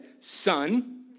son